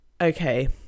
Okay